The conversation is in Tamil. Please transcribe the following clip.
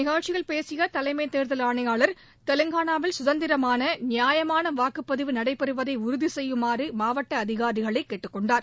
நிகழ்ச்சியில் பேசிய தலைமை தேர்தல் ஆணையாளர் தெலுங்கானாவில் சுதந்திரமான நியமான வாக்குப்பதிவு நடைபெறுவதை உறுதி செய்யுமாறு மாவட்ட அதிகாரிகளை கேட்டுக்கொண்டார்